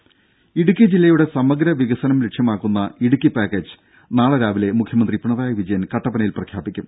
രെട ഇടുക്കി ജില്ലയുടെ സമഗ്ര വികസനം ലക്ഷ്യമാക്കുന്ന ഇടുക്കി പാക്കേജ് നാളെ രാവിലെ മുഖ്യമന്ത്രി പിണറായി വിജയൻ കട്ടപ്പനയിൽ പ്രഖ്യാപിക്കും